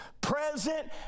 present